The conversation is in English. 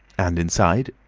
and inside,